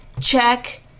check